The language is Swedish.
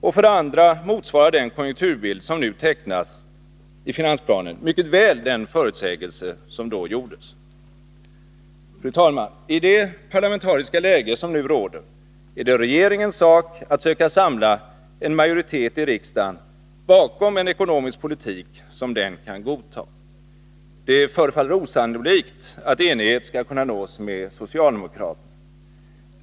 Och för det andra motsvarar den konjunkturbild som nu tecknas i finansplanen mycket väl den förutsägelse som då gjordes. Fru talman! I det parlamentariska läge som nu råder är det regeringens sak att söka samla en majoritet i riksdagen bakom en ekonomisk politik som den själv kan godta. Det förefaller osannolikt att enighet skall kunna nås med socialdemokraterna.